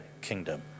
kingdom